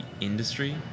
industry